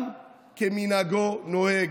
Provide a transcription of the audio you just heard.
עולם כמנהגו נוהג.